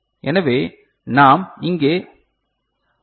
எனவே நாம் இங்கே ஐ